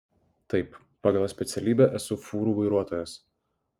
taip pagal specialybę esu fūrų vairuotojas